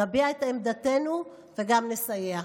נביע את עמדתנו וגם נסייע.